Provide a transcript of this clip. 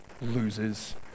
loses